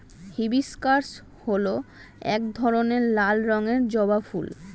hibiscus হল এক ধরনের লাল রঙের জবা ফুল